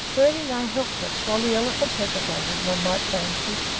there he lay helpless, while the elephant hesitated, one might fancy,